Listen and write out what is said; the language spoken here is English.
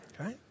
okay